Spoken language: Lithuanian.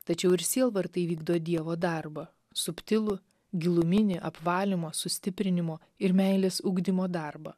tačiau ir sielvartai vykdo dievo darbą subtilų giluminį apvalymo sustiprinimo ir meilės ugdymo darbą